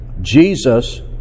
Jesus